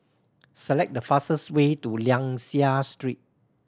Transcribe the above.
select the fastest way to Liang Seah Street